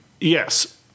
Yes